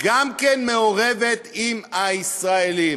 גם כן מעורבת עם הישראלים.